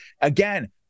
again